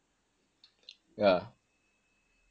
yah